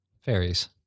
fairies